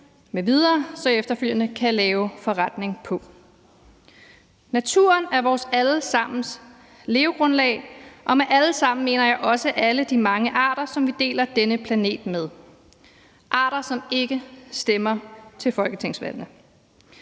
m.v. så efterfølgende kan lave forretning på. Naturen er vores alle sammens levegrundlag, og med alle sammen mener jeg også alle de mange arter, som vi deler denne planet med – arter, som ikke stemmer til folketingsvalgene.